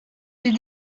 des